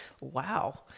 Wow